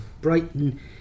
Brighton